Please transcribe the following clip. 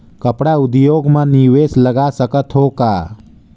कपड़ा उद्योग म निवेश लगा सकत हो का?